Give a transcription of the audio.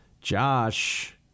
Josh